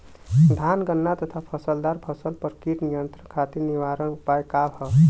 धान गन्ना तथा फलदार फसल पर कीट नियंत्रण खातीर निवारण उपाय का ह?